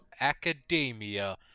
Academia